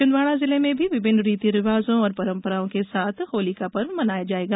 छिंदवाड़ा जिले में भी विभिन्न रीति रिवाजों और परम्पराओं के साथ होली का पर्व मनाया जाएगा